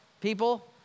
people